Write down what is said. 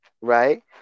right